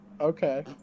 okay